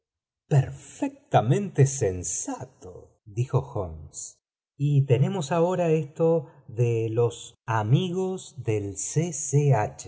perfectamente sensato dijo holmes tenefeos ahora esto de loe amigos del c